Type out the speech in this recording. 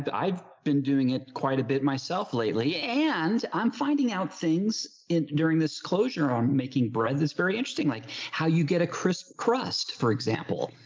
but i've been doing it quite a bit myself lately, and i'm finding out things in, during this closure on making bread. that's very interesting. like how you get a crisp crust, for example,